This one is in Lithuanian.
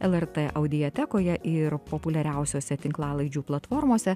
lrt audiotekoje ir populiariausiose tinklalaidžių platformose